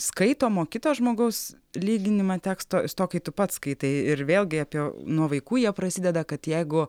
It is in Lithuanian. skaitomo kito žmogaus lyginimą teksto su tuo kai tu pats skaitai ir vėlgi apie nuo vaikų jie prasideda kad jeigu